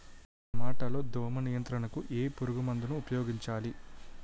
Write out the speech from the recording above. టమాటా లో దోమ నియంత్రణకు ఏ పురుగుమందును ఉపయోగించాలి?